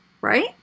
right